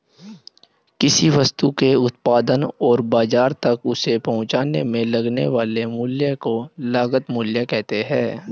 किसी वस्तु के उत्पादन और बाजार तक उसे पहुंचाने में लगने वाले मूल्य को लागत मूल्य कहते हैं